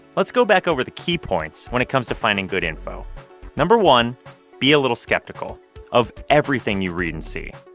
let's go back over the key points when it comes to finding good info no. one be a little skeptical of everything you read and see,